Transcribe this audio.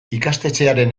ikastetxearen